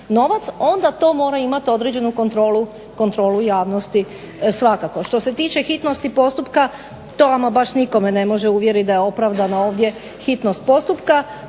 onda to mora imati određenu kontrolu u javnosti svakako. Što se tiče hitnosti postupka, to ama baš nitko me ne može uvjeriti da je opravdana ovdje hitnost postupka